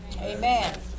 Amen